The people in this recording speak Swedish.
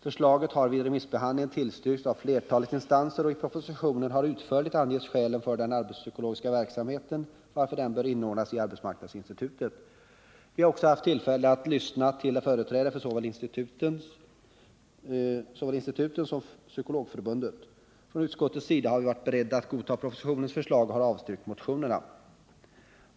Förslaget har vid remissbehandlingen tillstyrkts av flertalet instanser, och i propositionen har utförligt angetts skälen för att den arbetspsykologiska verksamheten bör inordnas i arbetsmarknadsinstitutet. Vi har också haft tillfälle att lyssna till företrädare för såväl instituten som Psykologförbundet. Från utskottets sida har vi varit beredda att godta propositionens förslag, och vi har avstyrkt motionerna.